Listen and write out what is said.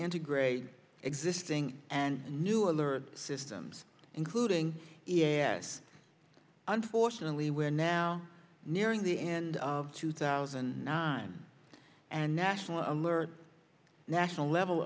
integrate existing and new alert systems including yes unfortunately we are now nearing the end of two thousand and nine and national alert national level